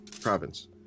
province